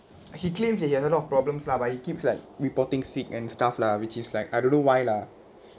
he claims he has a lot of problems lah but he keeps like reporting sick and stuff lah which is like I don't know why lah